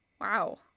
Wow